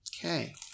Okay